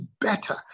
better